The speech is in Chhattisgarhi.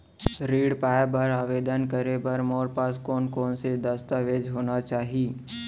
ऋण पाय बर आवेदन करे बर मोर पास कोन कोन से दस्तावेज होना चाही?